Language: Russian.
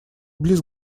близ